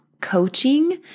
coaching